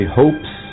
hopes